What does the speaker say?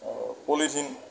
আৰু পলিথিন